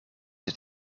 het